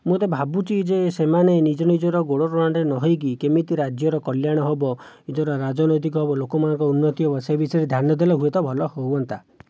ମୁଁ ତ ଭାବୁଛି ଯେ ସେମାନେ ନିଜ ନିଜର ଗୋଡ଼ ଟଣାଟଣି ନ ହୋଇକି କେମିତି ରାଜ୍ୟର କଲ୍ୟାଣ ହେବ ନିଜର ରାଜନୈତିକ ଲୋକମାନଙ୍କ ଉନ୍ନତି ହେବ ସେ ବିଷୟରେ ଧ୍ୟାନ ଦେଲେ ହୁଏ ତ ଭଲ ହୁଅନ୍ତା